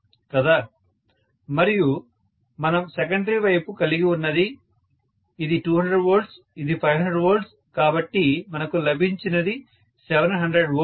కదా మరియు మనం సెకండరీ వైపు కలిగి ఉన్నది ఇది 200 వోల్ట్స్ ఇది 500 వోల్ట్స్ కాబట్టి మనకు లభించినది 700 వోల్ట్స్